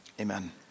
Amen